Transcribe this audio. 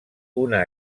una